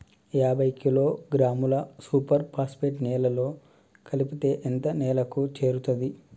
యాభై కిలోగ్రాముల super phosphate నేలలో కలిపితే ఎంత నేలకు చేరుతది?